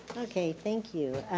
okay, thank you.